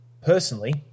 personally